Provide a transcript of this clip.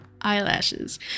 eyelashes